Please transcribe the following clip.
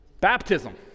Baptism